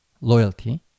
loyalty